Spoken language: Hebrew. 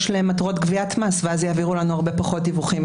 למטרות גביית מס ואז יעבירו לנו הרבה פחות דיווחים.